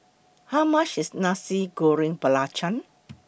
How much IS Nasi Goreng Belacan